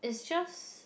it's just